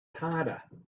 harder